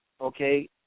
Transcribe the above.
okay